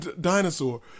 dinosaur